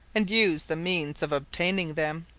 and use the means of obtaining them.